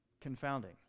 Confounding